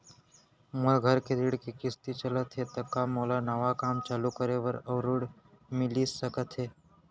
मोर घर के ऋण के किसती चलत हे ता का मोला नवा काम चालू करे बर अऊ ऋण मिलिस सकत हे?